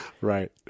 Right